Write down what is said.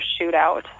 Shootout